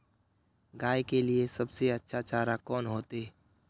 गाय के लिए सबसे अच्छा चारा कौन होते?